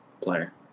player